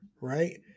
right